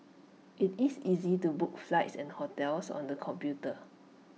IT is easy to book flights and hotels on the computer